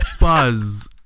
buzz